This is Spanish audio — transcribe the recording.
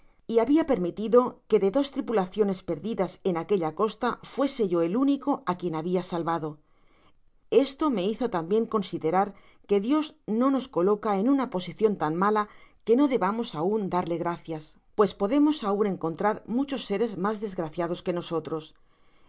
y habia permitido que de dos tripulaciones perdidas en aquella costa fuese yo el único á quien habia salvado esto me hizo tambien considerar que dios no nos coloca en una posicion tan mala que no debamos aun darle gracias pues podemos aun encontrar muchos seres mas desgraciados que nosotros